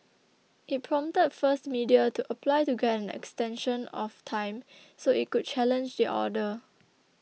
it prompted First Media to apply to get an extension of time so it could challenge the order